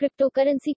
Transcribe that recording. cryptocurrency